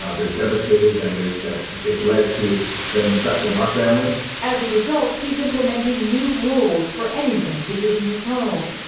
ah they're devastated that it that it led to them infecting our family. reporter as a result, he's implementing new rules for anyone visiting his home.